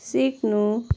सिक्नु